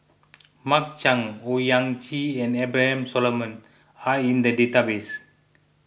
Mark Chan Owyang Chi and Abraham Solomon are in the database